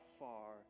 far